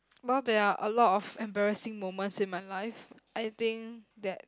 well there are a lot of embarrassing moments in my life I think that